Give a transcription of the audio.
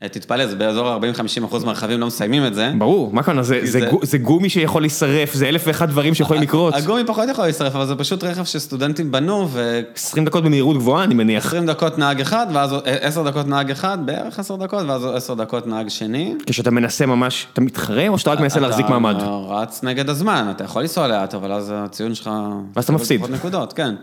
תתפלא, זה באזור ה-40-50 אחוז מהרכבים, לא מסיימים את זה. ברור, מה כלומר, זה גומי שיכול להיסרף, זה אלף ואחת דברים שיכולים לקרות. הגומי פחות יכול להישרף, אבל זה פשוט רכב שסטודנטים בנו, ו-20 דקות במהירות גבוהה, אני מניח. 20 דקות נהג אחד, ואז הוא 10 דקות נהג אחד, בערך 10 דקות, ואז הוא 10 דקות נהג שני. כשאתה מנסה ממש, אתה מתחרה, או שאתה רק מנסה להחזיק מעמד? רץ נגד הזמן, אתה יכול לנסוע לאט, אבל אז הציון שלך... ואז אתה מפסיד.